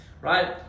right